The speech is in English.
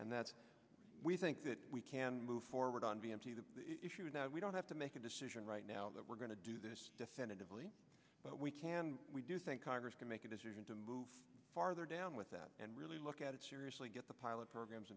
and that we think that we can move forward on the issue that we don't have to make a decision right now that we're going to do this but we can we do think congress can make a decision to move farther down with that and really look at it seriously get the pilot programs